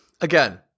again